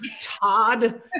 Todd